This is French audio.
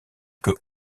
que